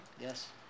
Yes